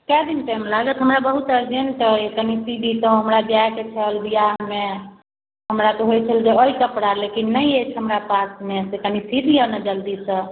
कएक दिन टाइम लागत हमरा बहुत अर्जेंट अइ कनि सी देतहुँ हमरा जाइके छल बिआहमे हमरा तऽ होइ छल जे अइ कपड़ा लेकिन नहि अछि हमरा पासमे से कनि सी दिअ ने जल्दीसँ